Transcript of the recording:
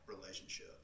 relationship